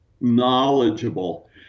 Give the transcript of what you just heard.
knowledgeable